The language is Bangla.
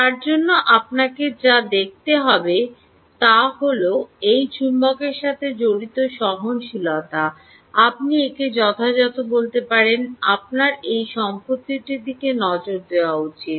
তার জন্য আপনাকে যা দেখতে হবে তা দেখতে হবে এই চুম্বকের সাথে জড়িত সহনশীলতা হল আপনি একে যথাযথতা বলতে পারেন আপনার এই সম্পত্তিটির দিকে নজর দেওয়া উচিত